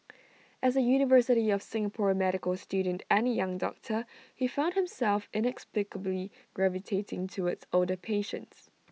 as A university of Singapore medical student and young doctor he found himself inexplicably gravitating towards older patients